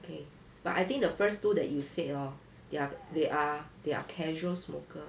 okay but I think the first two that you said hor they are they are they are casual smoker